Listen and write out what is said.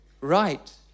right